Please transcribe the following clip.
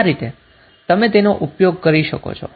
આ રીતે તમે તેનો ઉપયોગ કરી શકો છો